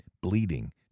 bleeding